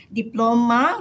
diploma